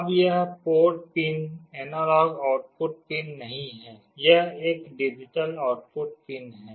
अब यह port pin analog output pin नहीं है यह एक डिजिटल आउटपुट पिन है